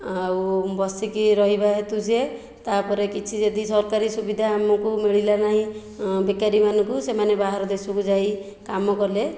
ଆଉ ବସିକି ରହିବା ହେତୁ ସେ ତାପରେ କିଛି ଯଦି ସରକାରୀ ସୁବିଧା ଆମକୁ ମିଳିଲା ନାହିଁ ବେକାରୀମାନଙ୍କୁ ସେମାନେ ବାହାର ଦେଶକୁ ଯାଇ କାମକଲେ